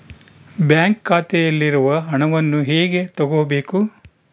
Bank ಖಾತೆಯಲ್ಲಿರುವ ಹಣವನ್ನು ಹೇಗೆ ತಗೋಬೇಕು?